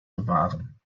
bewahren